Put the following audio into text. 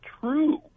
true